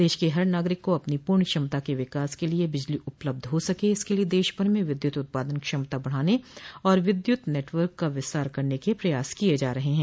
देश के हर नागरिक को अपनी पूर्ण क्षमता के विकास के लिए बिजली उपलब्ध हो सके इसके लिए देशभर में विद्यूत उत्पादन क्षमता बढाने और विद्यूत नेटवर्क का विस्तार करने के प्रयास किये जा रहे हैं